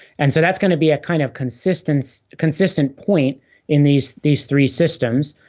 and so that's going to be a kind of consistent consistent point in these these three systems.